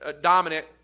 dominant